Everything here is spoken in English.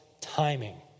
timing